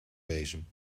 bezem